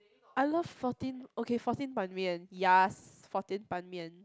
I love fourteen okay fourteen ban mian yas fourteen ban mian